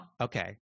Okay